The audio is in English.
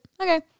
okay